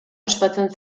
ospatzen